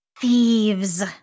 Thieves